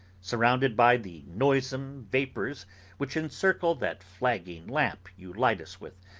surrounded by the noisome vapours which encircle that flagging lamp you light us with,